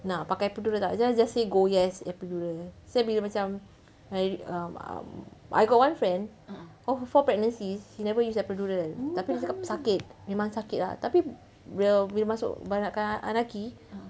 nak pakai epidural tak then I just say go yes epidural that's why bila macam I mm mm I got one friend off of four pregnancies she never used epidural tapi dia cakap sakit memang sakit lah tapi bila bila masuk beranakkan anaqi